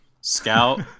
scout